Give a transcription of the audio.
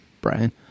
Brian